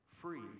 free